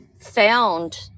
found